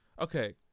Okay